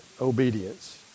obedience